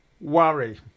worry